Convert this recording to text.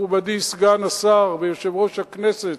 מכובדי סגן השר ויושב-ראש הכנסת,